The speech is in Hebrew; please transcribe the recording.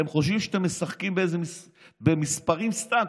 אתם חושבים שאתם משחקים במספרים סתם,